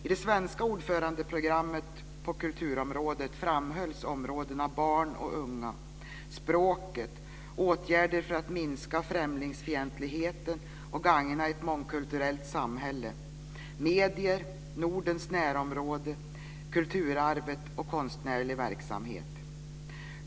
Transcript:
I det svenska ordförandeprogrammet på kulturområdet framhölls områdena barn och unga, språket, åtgärder för att minska främlingsfientligheten och gagna ett mångkulturellt samhälle, medier, Nordens närområde, kulturarvet och konstnärlig verksamhet.